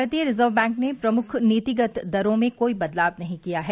भारतीय reserve bank ने प्रमुख नीतिगत दरों में कोई बदलाव नहीं किया है